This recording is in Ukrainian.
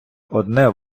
одне